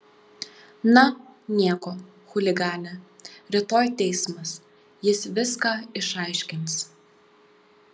na nieko chuligane rytoj teismas jis viską išaiškins